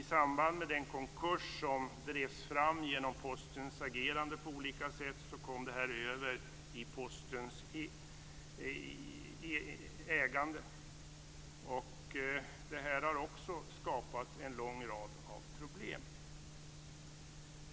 I samband med den konkurs som drevs fram genom Postens agerande kom denna verksamhet över i Postens ägo. Det har också skapat en lång rad av problem.